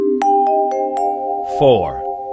Four